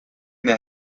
that